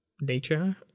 nature